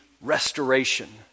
restoration